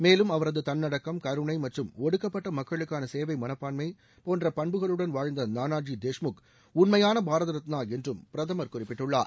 மேலும் அவரது தன்னடக்கம் கருணை மற்றும் ஒடுக்கப்பட்ட மக்களுக்கான சேவை மனப்பாண்மை போன்ற பண்புகளுடன் வாழ்ந்த நானாஜி தேஷ்முக் உண்மைபான பாரத் ரத்னா என்றும் பிரதமர் குறிப்பிட்டுள்ளார்